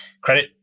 credit